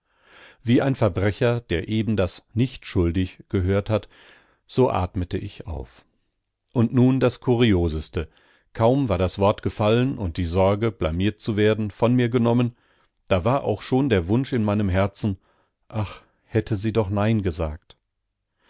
wie ein verbrecher der eben das nichtschuldig gehört hat so atmete ich auf und nun das kurioseste kaum war das wort gefallen und die sorge blamiert zu werden von mir genommen da war auch schon der wunsch in meinem herzen ach hätte sie doch nein gesagt